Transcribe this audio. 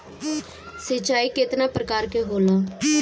सिंचाई केतना प्रकार के होला?